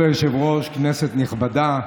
כבוד היושב-ראש, כנסת נכבדה,